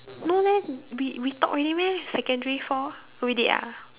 no leh we we talk already meh secondary four we did ah